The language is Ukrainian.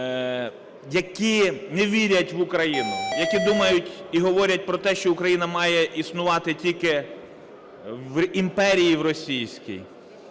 які не вірять в Україну, які думають і говорять про те, що Україна має існувати тільки в імперії російській.